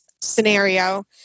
scenario